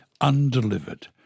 Undelivered